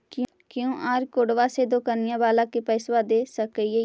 QR कोडबा से दुकनिया बाला के पैसा दे सक्रिय?